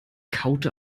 kaute